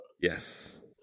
Yes